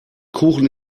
kuchen